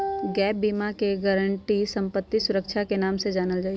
gap बीमा के guarantee संपत्ति सुरक्षा के नाम से जानल जाई छई